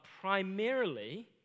primarily